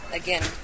again